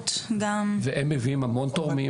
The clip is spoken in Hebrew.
והם מביאים המון תורמים.